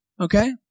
Okay